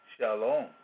Shalom